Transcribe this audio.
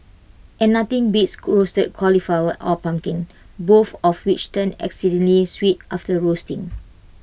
and nothing beats roasted cauliflower or pumpkin both of which turn exceedingly sweet after roasting